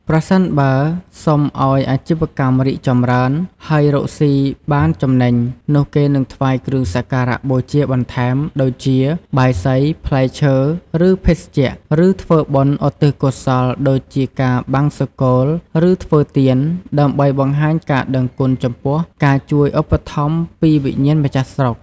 ប្រសិនបើសុំឲ្យអាជីវកម្មរីកចម្រើន ហើយរកស៊ីបានចំណេញ នោះគេនឹងថ្វាយគ្រឿងសក្ការៈបូជាបន្ថែម ដូចជា បាយសី ផ្លែឈើ ឬភេសជ្ជៈ ឬធ្វើបុណ្យឧទ្ទិសកុសល ដូចជាការបង្សុកូល ឬធ្វើទាន ដើម្បីបង្ហាញការដឹងគុណចំពោះការជួយឧបត្ថម្ភពីវិញ្ញាណម្ចាស់ស្រុក។